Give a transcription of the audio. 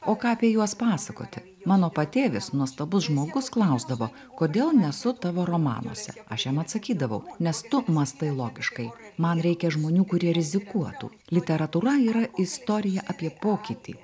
o ką apie juos pasakoti mano patėvis nuostabus žmogus klausdavo kodėl nesu tavo romanuose aš jam atsakydavau nes tu mąstai logiškai man reikia žmonių kurie rizikuotų literatūra yra istorija apie pokytį